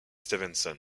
stevenson